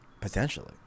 potentially